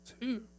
Two